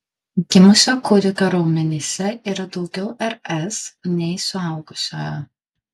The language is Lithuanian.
gimusio kūdikio raumenyse yra daugiau rs nei suaugusiojo